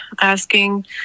asking